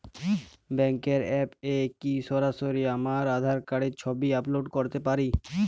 ব্যাংকের অ্যাপ এ কি সরাসরি আমার আঁধার কার্ডের ছবি আপলোড করতে পারি?